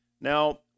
Now